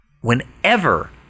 Whenever